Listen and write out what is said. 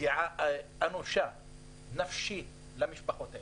הפגיעה הנפשית האנושה שחוו המשפחות האלה.